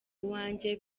uwanjye